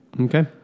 Okay